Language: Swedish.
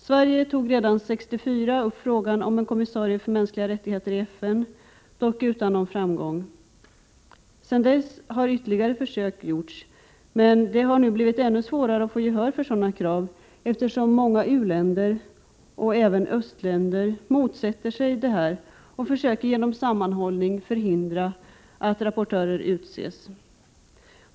Sverige tog redan 1964 upp frågan om en kommissarie för mänskliga rättigheter i FN, dock utan någon framgång. Sedan dess har ytterligare försök gjorts, men det har nu blivit ännu svårare att få gehör för sådana krav, eftersom många u-länder och även öststater motsätter sig detta och genom sammanhållning försöker förhindra att rapportörer utses.